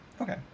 Okay